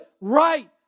right